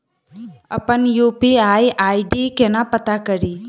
अप्पन UPI ID केना पत्ता कड़ी?